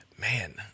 Man